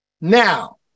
Now